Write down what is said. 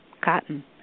Cotton